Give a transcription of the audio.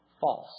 false